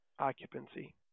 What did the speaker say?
occupancy